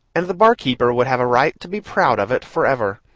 and the barkeeper would have a right to be proud of it forever.